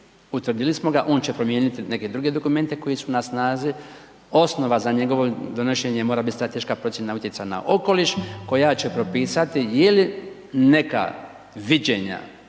utvrdili smo ga, on će promijeniti neke druge dokumente koji su na snazi. Osnova za njegovo donošenje mora biti strateška procjena utjecaja na okoliš koja će propisati je li neka viđenja,